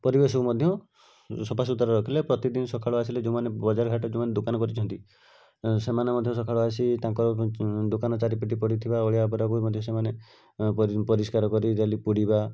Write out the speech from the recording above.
ପରିବେଶକୁ ମଧ୍ୟ ସଫାସୁତୁରା ରଖିଲେ ପ୍ରତିଦିନ ସକାଳୁ ଆସିଲେ ଯେଉଁମାନେ ବଜାରଘାଟ ଯୋଉଁମାନେ କରିଛନ୍ତି ସେମାନେ ମଧ୍ୟ ସକାଳୁ ଆସି ତାଙ୍କର ଦୋକାନ ଚାରିପାଖେ ପଡ଼ିଥିବା ଅଳିଆ ଆବର୍ଜନାକୁ ମଧ୍ୟ ସେମାନେ ପରି ପରିଷ୍କାର କରି ଡେଲି ପୋଡ଼ିବା